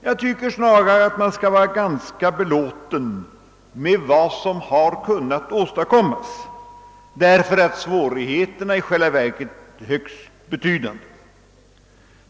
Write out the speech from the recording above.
Man kan snarare, anser jag, vara ganska belåten med vad som har kunnat åstadkommas, därför att svårigheterna i själva verket är högst betydande.